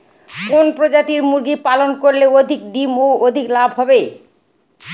কোন প্রজাতির মুরগি পালন করলে অধিক ডিম ও অধিক লাভ হবে?